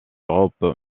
europe